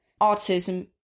autism